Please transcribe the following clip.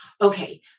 okay